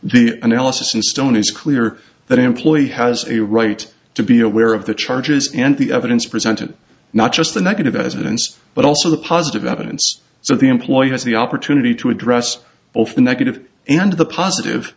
the analysis done is clear that employee has a right to be aware of the charges and the evidence presented not just the negative as events but also the positive evidence so the employee has the opportunity to address both the negative and the positive